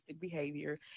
behavior